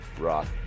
rock